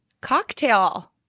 cocktail